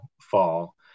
fall